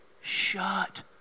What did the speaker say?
Shut